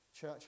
Church